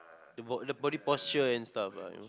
the bo~ body posture and stuff lah you know